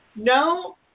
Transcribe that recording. No